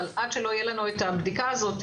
אבל עד שלא תהיה לנו הבדיקה הזאת,